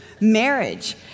marriage